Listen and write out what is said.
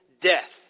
death